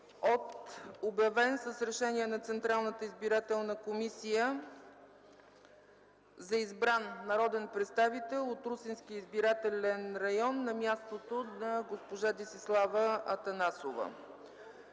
от обявен с решение на Централната избирателна комисия за избран народен представител от Русенски избирателен район на мястото на госпожа Десислава Атанасова.